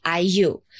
IU